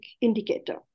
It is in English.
indicator